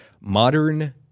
modern